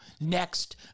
next